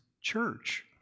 church